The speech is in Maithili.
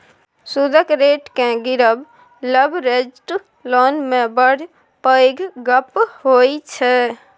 सुदक रेट केँ गिरब लबरेज्ड लोन मे बड़ पैघ गप्प होइ छै